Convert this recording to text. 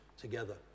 together